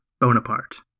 Bonaparte